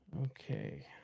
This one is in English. Okay